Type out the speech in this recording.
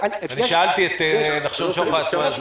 שאלתי את נחשון שוחט מה זה.